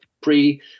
pre